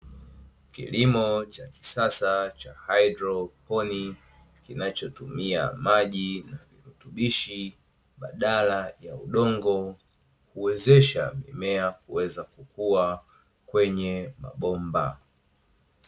Kilimo cha kisasa cha haidroponi, kinachotumia maji na virutubishi badala ya udongo, kuwezesha mimea kuweza kukua kwenye mabomba.